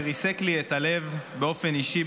שריסק לי את הלב באופן אישי,